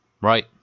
Right